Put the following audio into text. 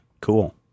Cool